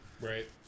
right